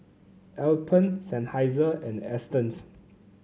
Alpen Seinheiser and Astons